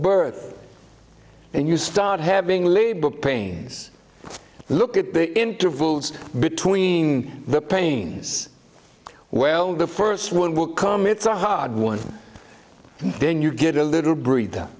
birth and you start having labor pains look at the intervals between the pains well the first one will come it's a hot one then you get a little breather